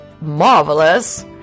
marvelous